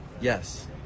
yes